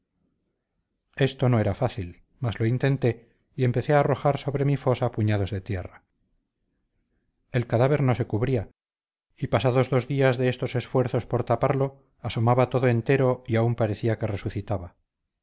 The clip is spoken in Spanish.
esto no era fácil mas lo intenté y empecé a arrojar sobre mi fosa puñados de tierra el cadáver no se cubría y pasados dos días de estos esfuerzos por taparlo asomaba todo entero y aun parecía que resucitaba